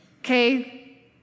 Okay